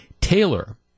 Taylor